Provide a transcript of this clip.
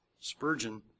Spurgeon